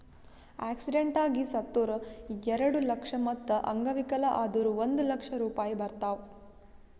accident ಆಗಿ ಸತ್ತುರ್ ಎರೆಡ ಲಕ್ಷ, ಮತ್ತ ಅಂಗವಿಕಲ ಆದುರ್ ಒಂದ್ ಲಕ್ಷ ರೂಪಾಯಿ ಬರ್ತಾವ್